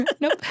nope